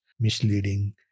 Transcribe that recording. misleading